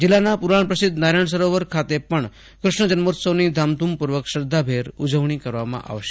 જિલ્લામાં પુરાણ પ્રસિધ્ધ નારાયણ સરોવર ખાતે પણ કૃષ્ણ જન્મોત્સવની ધામધૂમપૂર્વક શ્રધ્ધાભેર ઉજવણી કરવામાં આવશે